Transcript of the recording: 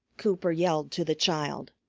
cooper yelled to the child.